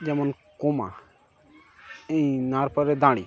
যেমন কমা এই নার পড়ে দাঁড়ি